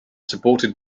supported